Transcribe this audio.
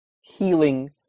healing